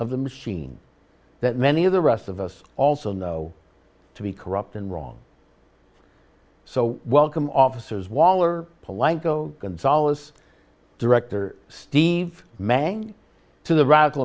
of the machine that many of the rest of us also know to be corrupt and wrong so welcome officers waller polite go gonzales director steve mang to the radical